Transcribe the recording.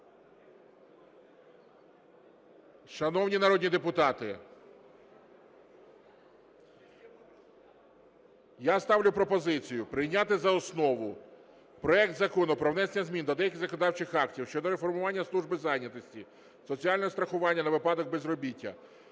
Шановні народні депутати, я ставлю пропозицію прийняти за основу проект Закону про внесення змін до деяких законодавчих актів щодо реформування служби зайнятості, соціального страхування на випадок безробіття,